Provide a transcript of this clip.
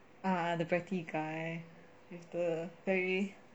ah the bratty guy with the very